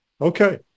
Okay